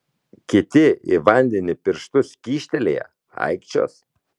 kiti į vandenį pirštus kyštelėję aikčios